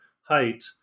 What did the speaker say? height